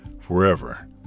forever